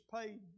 paid